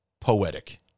poetic